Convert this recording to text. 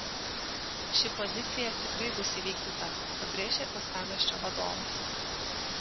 ši pozicija tikrai bus įvykdyta pabrėžė uostamiesčio vadovas